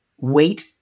wait